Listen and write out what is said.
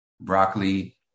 broccoli